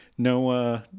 No